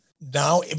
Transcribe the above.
now